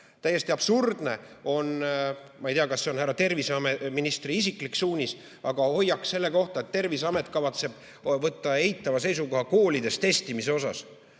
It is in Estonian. Täiesti absurdne on – ma ei tea, kas see on härra terviseministri isiklik suunis – hoiak, et Terviseamet kavatseb võtta eitava seisukoha koolides testimise osas.